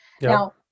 now